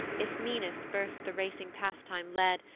ismenus first the racing pastime led,